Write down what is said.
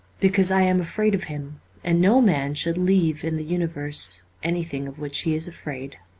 because i am afraid of him and no man should leave in the universe anything of which he is afraid.